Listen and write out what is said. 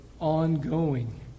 ongoing